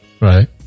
Right